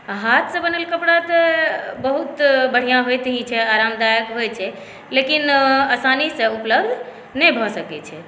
आ हाथसँ बनल कपड़ा तऽ बहुत बढ़िऑं होइते छै आरामदायक होइ छै लेकिन आसानी से उपलब्ध नहि भऽ सकै छै